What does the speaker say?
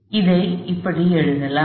எனவே இதை எழுதுவோம்